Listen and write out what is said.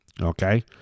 okay